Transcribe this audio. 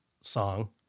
song